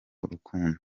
urukundo